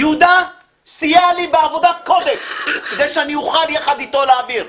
יהודה סייע לי בעבודת קודש כדי שאוכל יחד אתו להעביר.